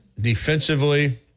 defensively